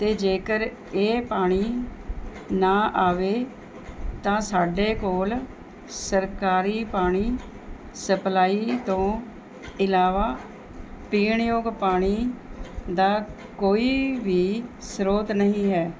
ਅਤੇ ਜੇਕਰ ਇਹ ਪਾਣੀ ਨਾ ਆਵੇ ਤਾਂ ਸਾਡੇ ਕੋਲ ਸਰਕਾਰੀ ਪਾਣੀ ਸਪਲਾਈ ਤੋਂ ਇਲਾਵਾ ਪੀਣ ਯੋਗ ਪਾਣੀ ਦਾ ਕੋਈ ਵੀ ਸ੍ਰੋਤ ਨਹੀਂ ਹੈ